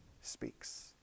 speaks